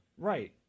right